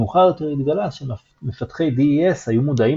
מאוחר יותר התגלה שמפתחי DES היו מודעים